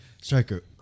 Striker